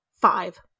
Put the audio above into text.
Five